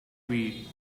tweed